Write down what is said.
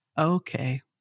okay